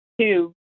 two